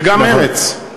וגם מרצ.